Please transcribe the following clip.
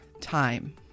time